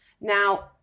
Now